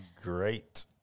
Great